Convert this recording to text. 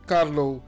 Carlo